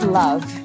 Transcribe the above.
love